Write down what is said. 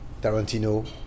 Tarantino